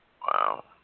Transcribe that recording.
wow